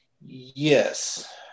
Yes